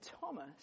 Thomas